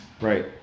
Right